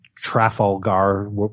Trafalgar